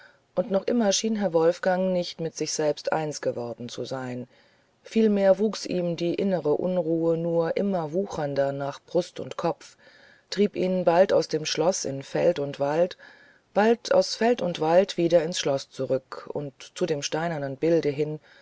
und noch immer schien herr wolfgang nicht mit sich selber eins geworden zu sein vielmehr wuchs ihm die innere unruhe nur immer wuchernder nach brust und kopf trieb ihn bald aus dem schloß in feld und wald bald aus feld und wald wieder ins schloß zurück und zu dem steinernen bilde hin